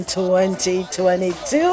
2022